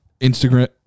Instagram